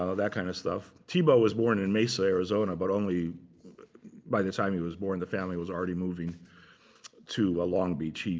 ah that kind of stuff. thiebaud was born in mesa, arizona, but only by the time he was born, the family was already moving to long beach.